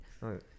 Right